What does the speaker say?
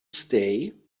stay